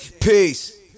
Peace